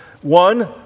one